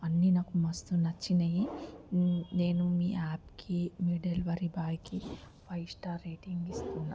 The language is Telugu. అన్నీ నాకు మస్త్ నచ్చినాయి నేను మీ యాప్కి మీ డెలివరీ బాయ్కి ఫైవ్ స్టార్ రేటింగ్ ఇస్తున్నా